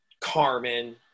Carmen